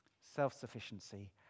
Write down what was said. Self-sufficiency